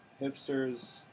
hipsters